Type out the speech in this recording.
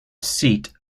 seat